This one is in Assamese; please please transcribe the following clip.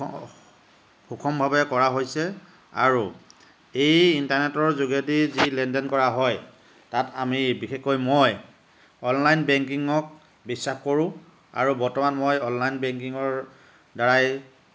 সুষ সুষমভাৱে কৰা হৈছে আৰু এই ইণ্টাৰনেটৰ যোগেদি যি লেনদেন কৰা হয় তাত আমি বিশেষকৈ মই অনলাইন বেংকিঙক বিশ্বাস কৰোঁ আৰু বৰ্তমান মই অনলাইন বেংকিঙৰ দ্বাৰাই